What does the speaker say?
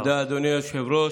תודה, אדוני היושב-ראש.